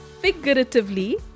figuratively